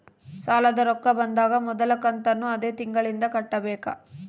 ಸಾಲದ ರೊಕ್ಕ ಬಂದಾಗ ಮೊದಲ ಕಂತನ್ನು ಅದೇ ತಿಂಗಳಿಂದ ಕಟ್ಟಬೇಕಾ?